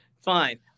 fine